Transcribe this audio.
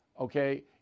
okay